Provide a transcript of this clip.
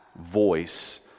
voice